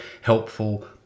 helpful